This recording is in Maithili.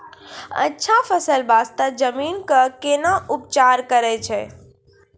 अच्छा फसल बास्ते जमीन कऽ कै ना उपचार करैय छै